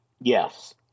Yes